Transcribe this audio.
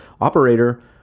operator